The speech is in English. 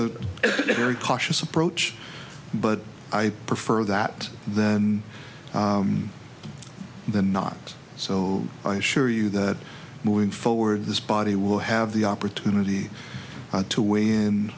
a very cautious approach but i prefer that than than not so i assure you that moving forward this body will have the opportunity to w